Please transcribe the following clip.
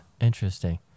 Interesting